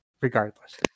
regardless